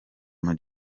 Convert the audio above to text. ama